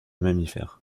mammifères